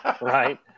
right